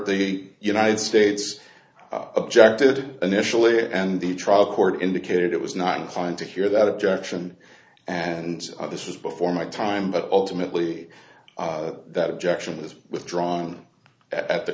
the united states objected initially and the trial court indicated it was not inclined to hear that objection and this is before my time but ultimately that objection is withdrawn at the